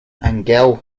angell